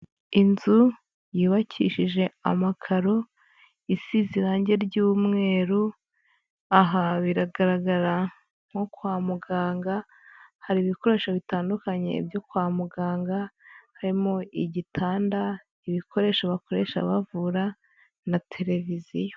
Inzu yubakishije amakaro isize irangi ry'umweru, aha biragaragara nko kwa muganga hari ibikoresho bitandukanye byo kwa muganga harimo igitanda, ibikoresho bakoresha bavura, na televiziyo.